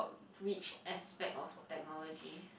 which aspect of technology